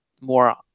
more